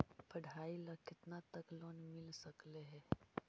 पढाई ल केतना तक लोन मिल सकले हे?